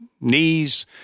Knees